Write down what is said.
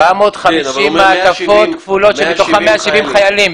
750 מעטפות כפולות שמתוכם 170 חיילים.